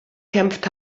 kämpft